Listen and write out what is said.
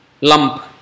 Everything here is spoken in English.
lump